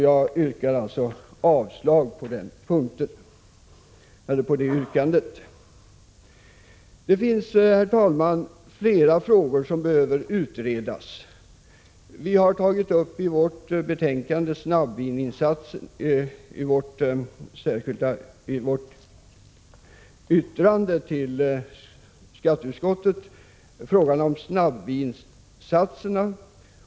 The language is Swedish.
Jag vill alltså yrka avslag på ett sådant förslag. Herr talman! Det finns flera frågor som behöver utredas. Vi har i vårt yttrande till skatteutskottet tagit upp frågan om snabbvinssatserna.